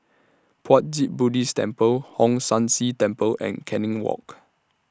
Puat Jit Buddhist Temple Hong San See Temple and Canning Walk